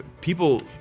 people